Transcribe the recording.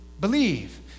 believe